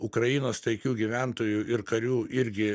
ukrainos taikių gyventojų ir karių irgi